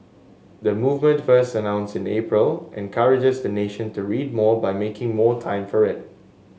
the movement first announced in April encourages the nation to read more by making more time for it